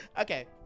Okay